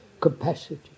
capacity